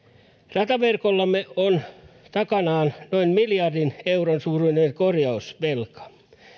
rataverkollamme on jo taakkanaan noin miljardin euron suuruinen korjausvelka